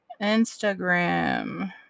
Instagram